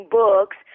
books